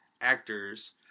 actors